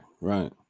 right